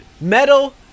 metal